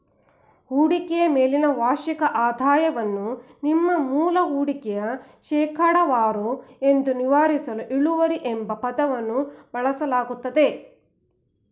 ಹೂಡಿಕೆಯ ಮೇಲಿನ ವಾರ್ಷಿಕ ಆದಾಯವನ್ನು ನಿಮ್ಮ ಮೂಲ ಹೂಡಿಕೆಯ ಶೇಕಡವಾರು ಎಂದು ವಿವರಿಸಲು ಇಳುವರಿ ಎಂಬ ಪದವನ್ನು ಬಳಸಲಾಗುತ್ತೆ